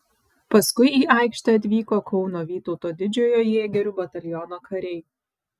paskui į aikštę atvyko kauno vytauto didžiojo jėgerių bataliono kariai